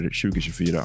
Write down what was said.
2024